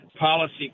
policy